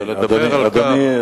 אדוני,